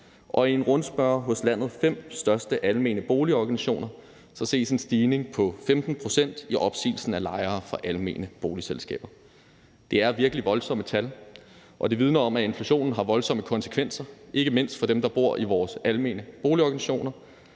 Og i en rundspørge hos landets fem største almene boligorganisationer ses en stigning på 15 pct. i opsigelsen af lejere fra almene boligselskaber. Det er virkelig voldsomme tal, og det vidner om, at inflationen har voldsomme konsekvenser, ikke mindst for dem, der bor i vores almene boligorganisationer.